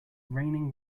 raining